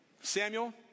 Samuel